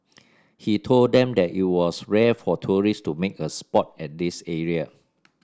he told them that it was rare for tourists to make a sport at this area